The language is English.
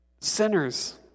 Sinners